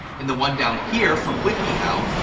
and the one down here from wikihow,